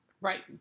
right